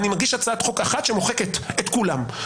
אני מגיש הצעת חוק אחת שמוחקת את כולם.